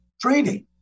training